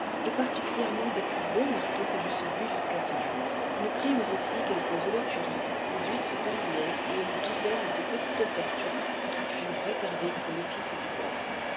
et particulièrement des plus beaux marteaux que j'eusse vu jusqu'à ce jour nous prîmes aussi quelques holoturies des huîtres perlières et une douzaine de petites tortues qui furent réservées pour l'office du bord